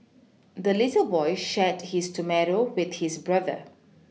the little boy shared his tomato with his brother